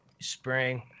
spring